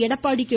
Edappadi K